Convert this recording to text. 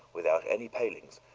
without any palings,